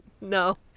No